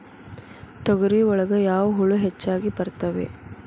ತೊಗರಿ ಒಳಗ ಯಾವ ಹುಳ ಹೆಚ್ಚಾಗಿ ಬರ್ತವೆ?